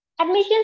Admissions